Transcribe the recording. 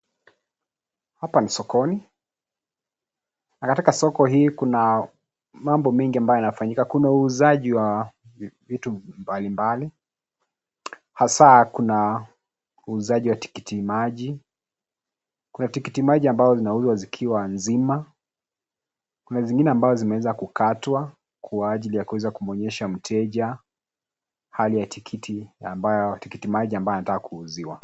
Hapa ni sokoni. Na katika soko hii kuna mambo mengi ambayo yanafanyika. Kuna uuzaji wa vitu mbalimbali. Hasa, kuna uuzaji wa tikiti maji. Kuna tikiti maji ambazo zinauzwa zikiwa nzima, kuna zingine ambazo zimeweza kukatwa kwa ajili ya kuweza kumwonyesha mteja hali ya tikiti maji ambayo anataka kuuziwa.